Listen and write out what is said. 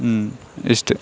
ಹ್ಞೂಂ ಇಷ್ಟೇ